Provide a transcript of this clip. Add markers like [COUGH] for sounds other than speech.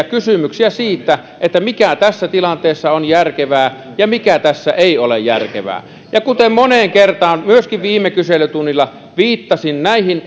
[UNINTELLIGIBLE] kysymyksiä siitä mikä tässä tilanteessa on järkevää ja mikä tässä ei ole järkevää ja kuten moneen kertaan myöskin viime kyselytunnilla viittasin näihin [UNINTELLIGIBLE]